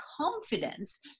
confidence